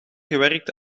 gewerkt